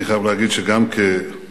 אני חייב להגיד שגם כבר-פלוגתא